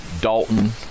Dalton